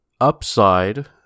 upside